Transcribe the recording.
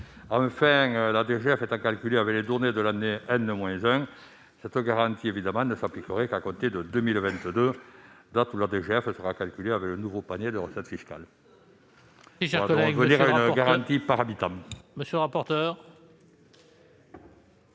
Enfin, la DGF étant calculée avec les données de l'année-1, cette garantie ne s'appliquerait qu'à compter de 2022, année où la DGF sera calculée avec le nouveau panier de recettes fiscales